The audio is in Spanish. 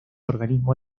organismo